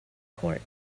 court